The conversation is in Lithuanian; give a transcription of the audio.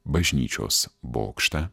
bažnyčios bokštą